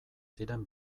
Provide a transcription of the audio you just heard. ziren